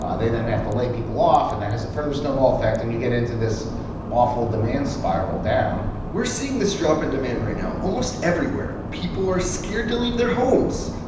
they then have to lay people off, and that has a further snowball effect. and you get into this awful demand spiral down we're seeing this drop in demand right now almost everywhere. people are scared to leave their homes.